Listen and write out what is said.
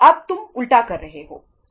अब तुम उलटा कर रहे हो